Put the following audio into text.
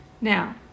Now